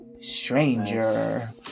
stranger